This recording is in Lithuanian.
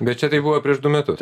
bet čia tai buvo prieš du metus